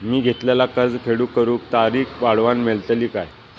मी घेतलाला कर्ज फेड करूची तारिक वाढवन मेलतली काय?